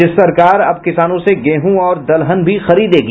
राज्य सरकार अब किसानों से गेंहू और दलहन भी खरीदेगी